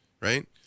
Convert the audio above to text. right